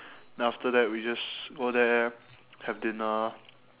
then after that we just go there have dinner